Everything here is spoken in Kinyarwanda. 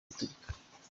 giturika